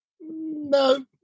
No